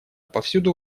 повсюду